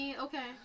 Okay